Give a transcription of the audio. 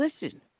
listen